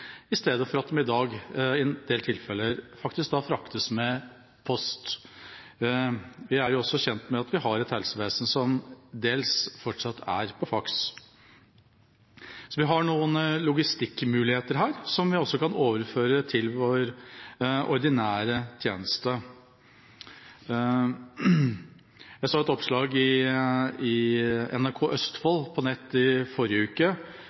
i dag i en del tilfeller faktisk med post. Jeg er også kjent med at vi har et helsevesen som delvis fortsatt bruker faks. Så vi har noen logistikkmuligheter her som vi også kan overføre til vår ordinære tjeneste. Jeg så et oppslag fra NRK Østfold på nett i forrige uke,